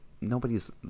nobody's